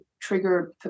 Trigger